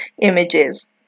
images